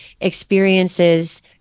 experiences